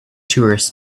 tourists